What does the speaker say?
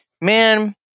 man